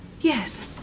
Yes